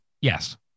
Yes